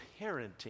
parenting